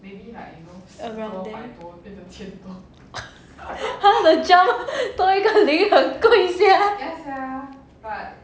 around there what the 加多一个零很贵 sia